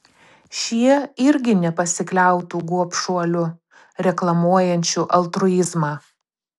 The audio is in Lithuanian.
šie irgi nepasikliautų gobšuoliu reklamuojančiu altruizmą